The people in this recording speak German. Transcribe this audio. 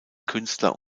künstler